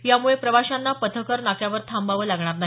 यामुळे प्रवाशांना पथकर नाक्यावर थांबावं लागणार नाही